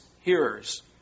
hearers